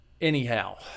anyhow